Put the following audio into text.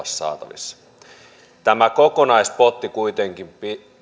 saatavissa tämä kokonaispotti kuitenkin